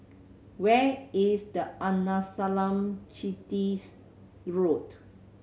where is the Arnasalam Chettys Road